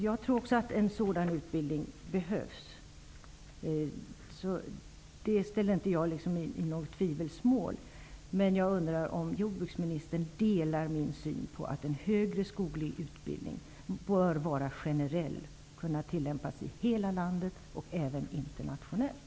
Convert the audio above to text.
Jag tror också att en sådan utbildning behövs. Jag ställer inte detta i tvivelsmål, men jag undrar om jordbruksministern delar min syn på att en högre skoglig utbildning bör vara generell och skall kunna tillämpas i hela landet och även internationellt.